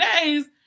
days